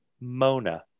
Mona